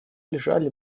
лежали